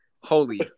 holy